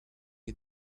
you